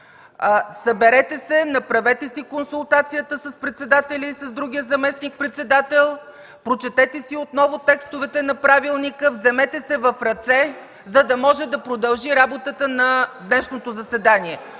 Съберете се, направете си консултации с председателя и с другия заместник-председател, прочетете си отново текстовете на правилника, вземете се в ръце, за да може да продължи работата на днешното заседание.